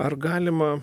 ar galima